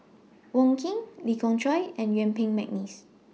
Wong Keen Lee Khoon Choy and Yuen Peng Mcneice